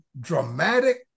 dramatic